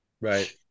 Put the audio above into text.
right